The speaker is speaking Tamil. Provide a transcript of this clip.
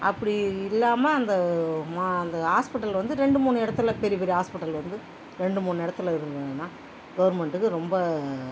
அப்படி இல்லாமல் அந்த மா அந்த ஹாஸ்பிட்டல் வந்து இரண்டு மூன்று இடத்தில் பெரிய பெரிய ஹாஸ்பிட்டல் வந்து இரண்டு மூன்று இடத்தில் இருந்ததுன்னால் கவர்மெண்ட்டுக்கு ரொம்ப